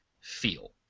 feel